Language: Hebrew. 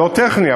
לא הפרט הטכני,